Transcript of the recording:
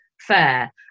fair